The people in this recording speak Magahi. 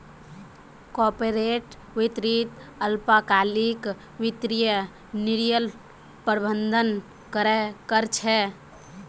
कॉर्पोरेट वित्त अल्पकालिक वित्तीय निर्णयर प्रबंधन कर छे